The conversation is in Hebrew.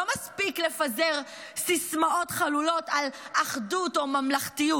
לא מספיק לפזר סיסמאות חלולות על אחדות או ממלכתיות.